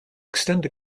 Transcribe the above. extend